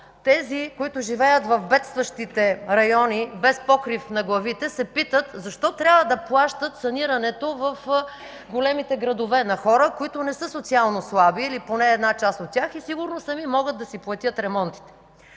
Тези, които живеят в бедстващите райони без покрив над главите, се питат защо трябва да плащат санирането в големите градове на хора, които не са социално слаби, или поне една част от тях, и сигурно сами могат да си платят ремонтите?